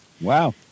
Wow